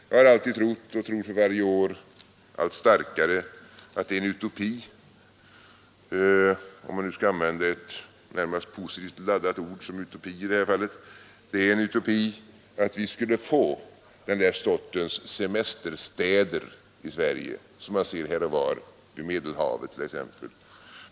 Jag har alltid trott och tror för varje år allt starkare att det är en utopi — om man nu skall använda ett närmast positivt laddat ord som ”utopi” i detta fall — att vi skulle få den sortens semesterstäder här i Sverige som man ser här och var t.ex. vid Medelhavet.